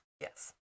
Yes